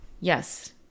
yes